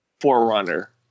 forerunner